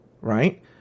right